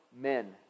men